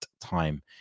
time